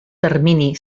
termini